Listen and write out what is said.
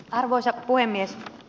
arvoisa puhemies